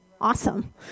awesome